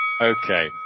Okay